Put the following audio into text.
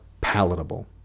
palatable